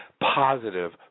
positive